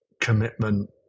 commitment